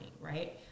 Right